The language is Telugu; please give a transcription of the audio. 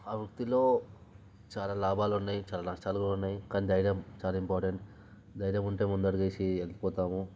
ఆ వృత్తిలో చాలా లాభాలున్నయి చాలా నష్టాలు కూడున్నయి కానీ ధైర్యం చాలా ఇంపార్టెంట్ ధైర్యం ఉంటే ముందడుగు వేసి వెళ్ళి పోతాము